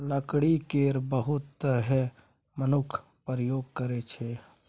लकड़ी केर बहुत तरहें मनुख प्रयोग करै छै